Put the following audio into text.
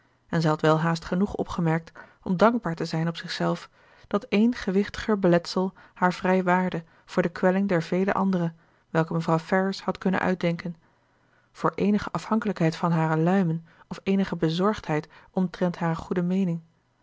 en zij had welhaast genoeg opgemerkt om dankbaar te zijn op zichzelf dat één gewichtiger beletsel haar vrijwaarde voor de kwelling der vele andere welke mevrouw ferrars had kunnen uitdenken voor eenige afhankelijkheid van hare luimen of eenige bezorgheid omtrent hare goede meening